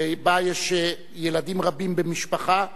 שבה יש ילדים רבים במשפחה,